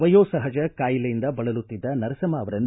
ವಯೋ ಸಹಜ ಕಾಯಿಲೆಯಿಂದ ಬಳಲುತ್ತಿದ್ದ ನರಸಮ್ಮ ಅವರನ್ನು